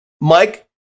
Mike